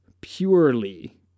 purely